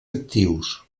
actius